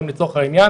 אם לצורך העניין